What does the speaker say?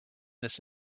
this